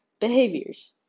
behaviors